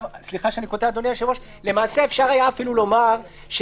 אפשר היה אפילו לומר,